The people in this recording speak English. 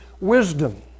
wisdom